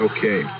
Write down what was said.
Okay